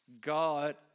God